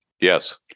Yes